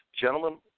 gentlemen